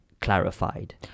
clarified